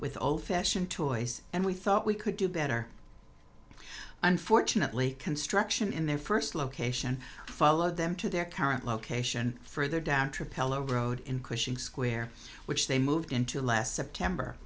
with old fashion toys and we thought we could do better unfortunately construction in their first location followed them to their current location for their down trip hello road in cushing square which they moved into last september